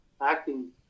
acting